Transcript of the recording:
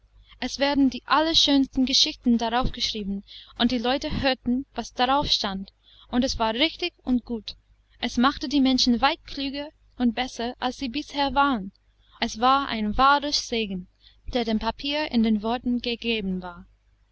es wurden die allerschönsten geschichten darauf geschrieben und die leute hörten was darauf stand und es war richtig und gut es machte die menschen weit klüger und besser als sie bisher waren es war ein wahrer segen der dem papier in den worten gegeben war